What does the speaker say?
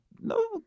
no